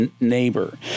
neighbor